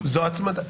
זו הצמדה.